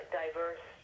diverse